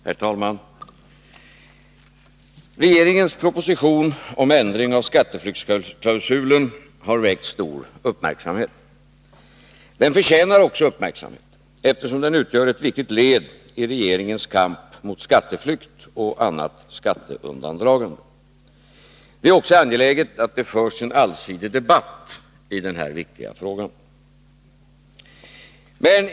Herr talman! Regeringens proposition om ändring av skatteflyktsklausulen har väckt stor uppmärksamhet. Den förtjänar också uppmärksamhet, eftersom den utgör ett viktigt led i regeringens kamp mot skatteflykt och annat skatteundandragande. Det är också angeläget att det förs en allsidig debatt i denna betydelsefulla fråga.